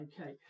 Okay